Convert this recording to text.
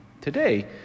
Today